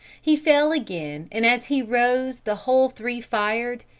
he fell again, and as he rose the whole three fired,